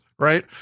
Right